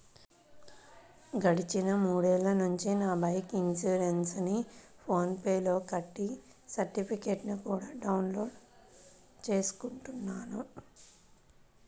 గడిచిన మూడేళ్ళ నుంచి నా బైకు ఇన్సురెన్సుని ఫోన్ పే లో కట్టి సర్టిఫికెట్టుని కూడా డౌన్ లోడు చేసుకుంటున్నాను